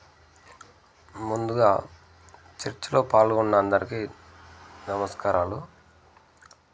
ముందుగా చర్చ్లో పాల్గొన్న అందరికీ నమస్కారాలు